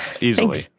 Easily